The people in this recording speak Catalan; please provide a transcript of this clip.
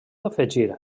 afegir